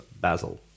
Basil